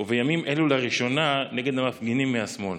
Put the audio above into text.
ובימים אלה, לראשונה נגד המפגינים מהשמאל.